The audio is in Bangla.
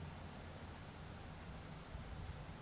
ক্যারাটিল ইক ধরলের পোটিল যেট আমাদের চুইলে পাউয়া যায়